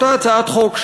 אותה הצעת חוק,